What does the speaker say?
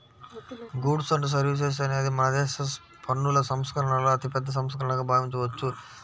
goods and services అనేది మనదేశ పన్నుల సంస్కరణలలో అతిపెద్ద సంస్కరణగా భావించవచ్చు